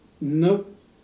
Nope